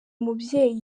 mubyeyi